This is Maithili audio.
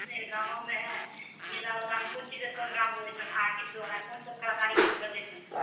गाँवोमे मेला ओलामे कोन चीजके प्रोग्राम होइत छै आर्टिस्ट द्वारा कोन सब कलाकारी देखए ला जाइत छै